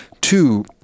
Two